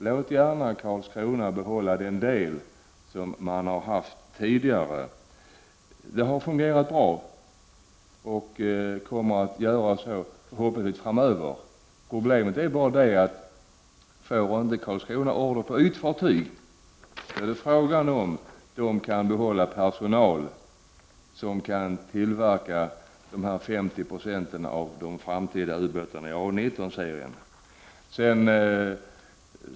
Låt gärna Karlskrona behålla den del som de har haft tidigare. Det har fungerat bra och kommer förhoppningsvis att göra så även framöver. Problemet är bara, att om Karlskrona inte får order på ytfartyg, är det osäkert om man kan behålla personal som kan tillverka dessa 50 90 av de framtida ubåtarna i A 19-serien.